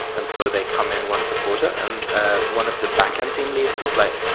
and so they come in once a quarter. and ah one of the backend team leads was like,